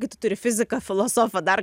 kai tu turi fiziką filosofą dar